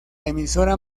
emisora